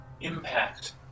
impact